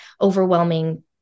overwhelming